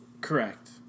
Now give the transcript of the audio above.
Correct